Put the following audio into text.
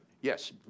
Yes